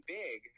big